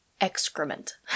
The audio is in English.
excrement